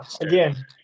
again